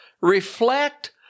reflect